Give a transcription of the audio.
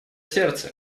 сердца